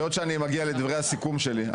היות שאני מגיע לדברי הסיכום שלי,